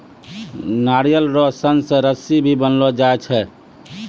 नारियल रो सन से रस्सी भी बनैलो जाय छै